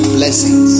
blessings